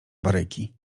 baryki